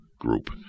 Group